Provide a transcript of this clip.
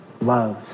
Loves